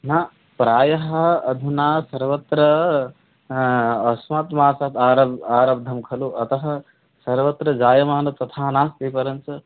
न प्रायः अधुना सर्वत्र अस्मात् मासात् आरब्धं आरब्धं खलु अतः सर्वत्र जायमानं तथा नास्ति परञ्च